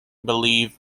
believe